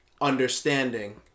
understanding